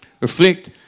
Reflect